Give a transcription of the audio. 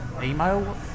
email